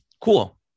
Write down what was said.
cool